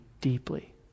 deeply